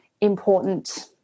important